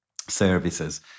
services